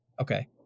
Okay